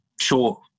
sure